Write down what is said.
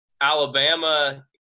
Alabama